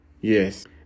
yes